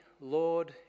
Lord